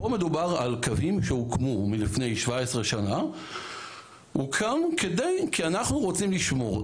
פה מדובר על קווים שהוקמו מלפני 17 שנה כי אנחנו רוצים לשמור,